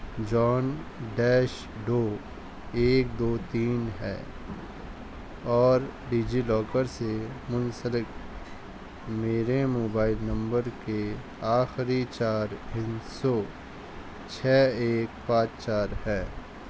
جان dash Doe ایک دو تین ہے اور ڈجی لاکر سے منسلک میرے موبائل نمبر کے آخری چار ہندسوں چھ ایک پانچ چار ہے